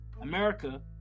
America